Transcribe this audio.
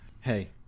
Hey